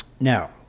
Now